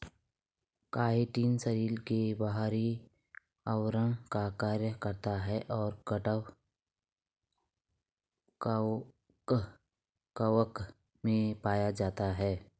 chitin शरीर के बाहरी आवरण का कार्य करता है और कवक में पाया जाता है